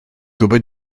gwybod